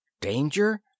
danger